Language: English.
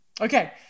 Okay